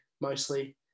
mostly